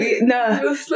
No